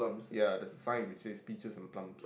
ya the sign which is pictures and plant